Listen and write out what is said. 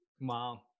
Wow